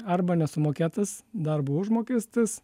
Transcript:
arba nesumokėtas darbo užmokestis